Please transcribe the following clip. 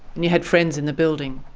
and you had friends in the building.